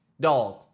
Dog